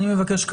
אני מבקש,